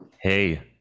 Hey